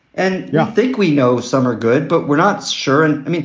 and you think we know some are good, but we're not sure. and i mean,